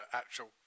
actual